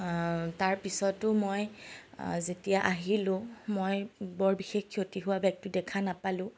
তাৰপিছতো মই যেতিয়া আহিলো মই বৰ বিশেষ ক্ষতি হোৱা বেগটো দেখা নাপালোঁ